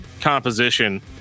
composition